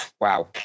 wow